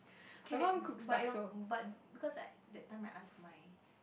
can but your but because like that time I ask my